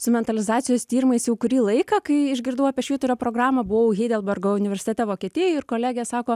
su mentalizacijos tyrimais jau kurį laiką kai išgirdau apie švyturio programą buvau heidelbergo universitete vokietijoj ir kolegė sako